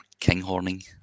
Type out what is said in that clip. kinghorning